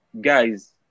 guys